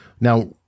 now